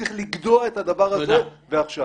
צריך לגדוע את הדבר הזה ועכשיו.